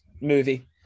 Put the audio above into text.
movie